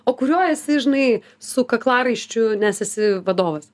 o kurioj esi žinai su kaklaraiščiu nes esi vadovas